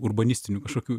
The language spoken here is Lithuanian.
urbanistinių kažkokių